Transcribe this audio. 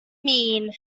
mean